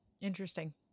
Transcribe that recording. Interesting